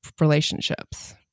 relationships